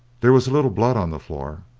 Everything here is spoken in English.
there was a little blood on the floor,